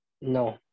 No